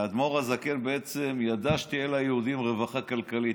והאדמו"ר הזקן ידע שתהיה ליהודים רווחה כלכלית,